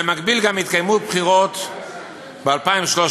במקביל התקיימו בחירות ב-2013,